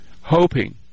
Hoping